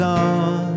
on